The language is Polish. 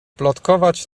plotkować